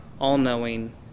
all-knowing